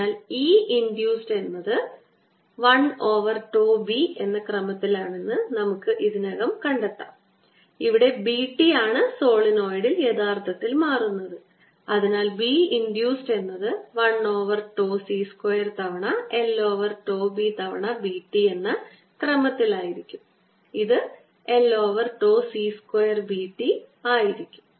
അതിനാൽ E induced എന്നത് l over τ B t എന്ന ക്രമത്തിലാണെന്ന് നമ്മൾ ഇതിനകം കണ്ടെത്തിയിരുന്നു ഇവിടെ B t ആണ് സോളിനോയിഡിൽ യഥാർത്ഥത്തിൽ മാറുന്നത് അതിനാൽ B ഇൻഡ്യൂസ്ഡ് എന്നത് 1 ഓവർ τ C സ്ക്വയർ തവണ l ഓവർ τ തവണ B t എന്ന ക്രമത്തിലായിരിക്കും ഇത് l over τ C square B t ആയിരിക്കും